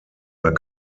are